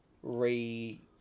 re